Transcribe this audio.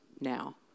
now